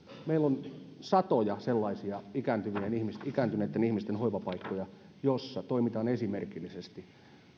meillä on satoja sellaisia ikääntyneitten ihmisten hoivapaikkoja joissa toimitaan esimerkillisesti